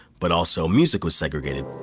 but also music was segregated